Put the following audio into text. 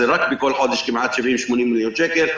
זה רק בכל חודש כמעט 80-70 מיליון שקל,